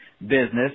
business